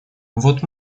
вот